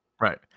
Right